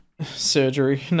Surgery